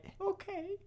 Okay